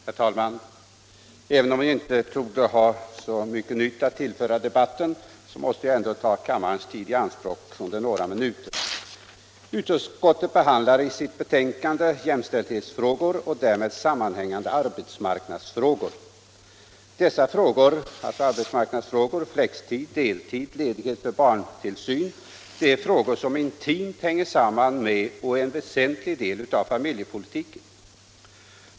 Herr talman! Även om jag inte torde ha så mycket nytt att tillföra debatten, måste jag ta kammarens tid i anspråk under några minuter. Utskottet behandlar i sitt betänkande jämställdhetsfrågor och därmed sammanhängande arbetsmarknadsfrågor. De senare, som gäller t.ex. flextid och deltidsledighet för barntillsyn, hänger intimt samman med och är en väsentlig del av familjepolitiken.